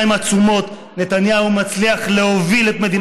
עם נתניהו בכנס